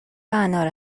انار